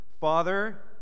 Father